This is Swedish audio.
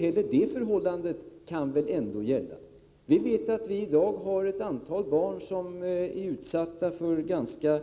Vi vet att det i dag finns ett antal barn som är utsatta för ganska